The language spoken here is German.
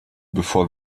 bevor